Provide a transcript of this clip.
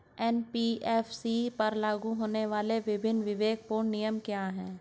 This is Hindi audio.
एन.बी.एफ.सी पर लागू होने वाले विभिन्न विवेकपूर्ण नियम क्या हैं?